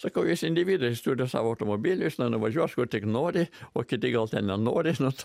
sakau individas turi savo automobilį nuvažiuot kur tik nori o kiti gal nenori žinot